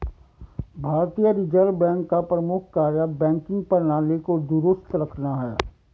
भारतीय reserve bank का प्रमुख कार्य बैंकिंग प्रणाली को दुरुस्त रखना है